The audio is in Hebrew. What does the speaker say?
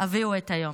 הביאו את היום".